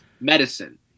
medicine